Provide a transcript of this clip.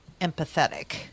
empathetic